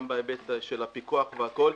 גם בהיבט של הפיקוח והכול,